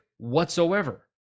whatsoever